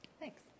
Thanks